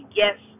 yes